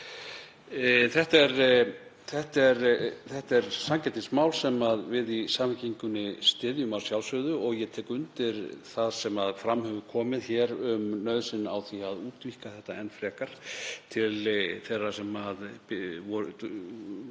Þetta er sanngirnismál sem við í Samfylkingunni styðjum að sjálfsögðu. Ég tek undir það sem fram hefur komið hér um nauðsyn á því að útvíkka þetta enn frekar til þeirra sem